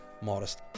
Modest